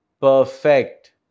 perfect